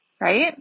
right